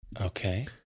Okay